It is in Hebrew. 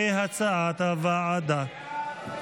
כהצעת הוועדה.